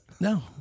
No